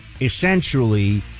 essentially